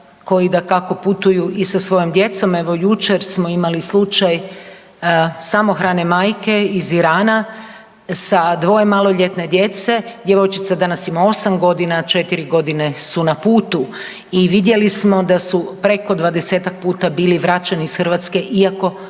koji dakako putuju i sa svojom djecom, evo jučer smo imali slučaj samohrane majke iz Irana sa dvoje maloljetne djece, djevojčica danas ima 8 godina, a 4 godine su na putu i vidjeli smo da su preko 20-tak puta bili vraćenih iz Hrvatske iako su tražili